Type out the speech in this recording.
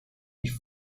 nicht